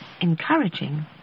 encouraging